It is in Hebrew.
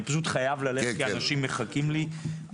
אני פשוט חייב ללכת כי אנשים מחכים לי,